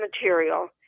material